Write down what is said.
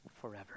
forever